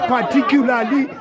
Particularly